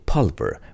Pulver